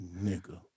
nigga